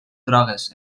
drogues